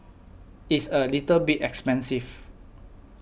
it's a little bit expensive